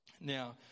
Now